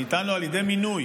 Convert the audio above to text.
שניתן לו על ידי מינוי